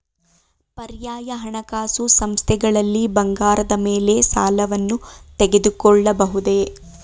ಪರ್ಯಾಯ ಹಣಕಾಸು ಸಂಸ್ಥೆಗಳಲ್ಲಿ ಬಂಗಾರದ ಮೇಲೆ ಸಾಲವನ್ನು ತೆಗೆದುಕೊಳ್ಳಬಹುದೇ?